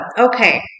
okay